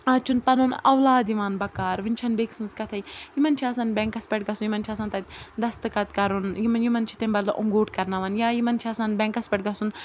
اَز چھُنہٕ پَنُن اولاد یِوان بکار وۄنۍ چھَنہٕ بیٚکہِ سٕنٛز کَتھٕے یِمَن چھِ آسان بینٛکَس پٮ۪ٹھ گژھُن یِمَن چھِ آسان تَتہِ دَستٕخط کَرُن یِمَن یِمَن چھِ تَمہِ بدلہٕ اَنگوٗٹھ کَرناوان یا یِمَن چھِ آسان بینٛکَس پٮ۪ٹھ گژھُن